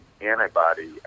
antibody